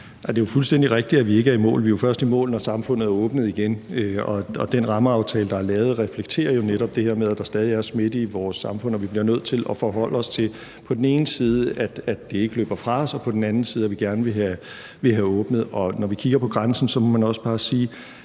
vi ikke er i mål. Vi er jo først i mål, når samfundet er åbnet igen, og den rammeaftale, der er lavet, reflekterer jo netop det her med, at der stadig er smitte i vores samfund, og at vi bliver nødt til at forholde os til, at det på den ene side ikke løber fra os, og at vi på anden side gerne vil have åbnet. Og når vi kigger på grænsen, må man også bare sige: